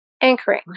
Anchoring